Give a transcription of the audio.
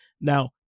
Now